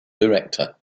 director